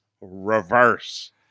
reverse